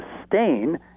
sustain